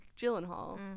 Gyllenhaal